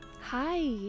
Hi